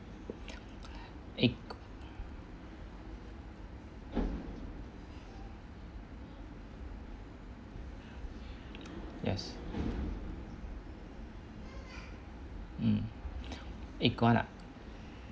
it yes mm eh guan ah